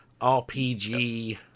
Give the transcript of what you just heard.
RPG